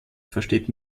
versteht